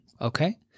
okay